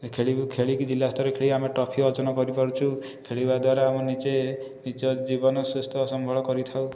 ଖେଳି ବି ଖେଳିକି ଜିଲ୍ଲାସ୍ତର ଖେଳିକି ଆମେ ଟ୍ରଫି ଅର୍ଜନ କରିପାରୁଛୁ ଖେଳିବା ଦ୍ୱାରା ଆମେ ନିଜେ ନିଜ ଜୀବନ ସୁସ୍ଥ ସମ୍ବଳ କରିଥାଉ